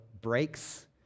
Breaks